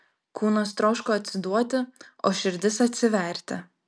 kūnas troško atsiduoti o širdis atsiverti